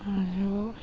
আৰু